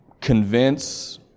convince